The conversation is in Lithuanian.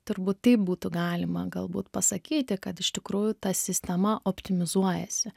turbūt taip būtų galima galbūt pasakyti kad iš tikrųjų ta sistema optimizuojasi